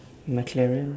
mclaren